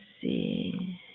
see